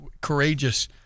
courageous